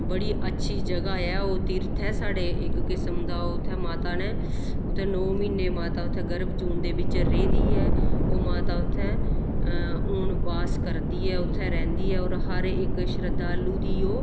बड़ी अच्छी जगह् ऐ ओह् तीर्थ ऐ साढ़े इक किसम दा ओह् उत्थै माता ने उत्थें नौ म्हीने माता उत्थें गर्भजून दे बिच्च रेह्दी ऐ ओह् माता उत्थें हून वास करदी ऐ उत्थें रैंह्दी ऐ होर हर इक शरधालू दी ओह्